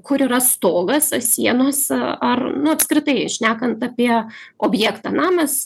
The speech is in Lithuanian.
kur yra stogas sienose ar nu apskritai šnekant apie objektą namas